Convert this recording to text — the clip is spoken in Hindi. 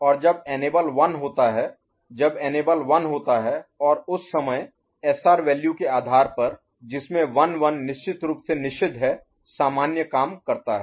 और जब इनेबल सक्षम 1 होता है जब इनेबल 1 होता है और उस समय SR वैल्यू के आधार पर जिसमे 1 1 निश्चित रूप से निषिद्ध है सामान्य काम करता है